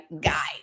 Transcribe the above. guy